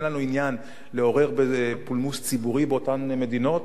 אין לנו עניין לעורר פולמוס ציבורי באותן מדינות,